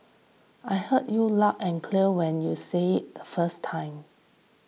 I heard you loud and clear when you said the first time